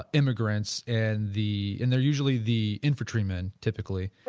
immigrants and the and they usually the infantry men, typically